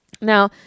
Now